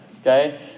Okay